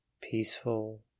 peaceful